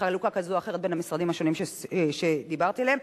בחלוקה כזאת או אחרת בין המשרדים השונים שדיברתי עליהם.